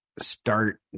start